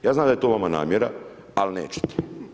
Ja znam da je to vama namjera, ali nećete.